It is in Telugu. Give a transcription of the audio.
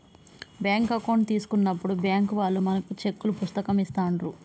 బ్యేంకు అకౌంట్ తీసుకున్నప్పుడే బ్యేంకు వాళ్ళు మనకు చెక్కుల పుస్తకం ఇస్తాండ్రు